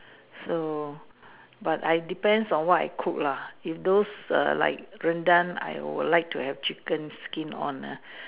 so but I depends on what I cook lah if those err like rendang I would like to have chicken skin on ah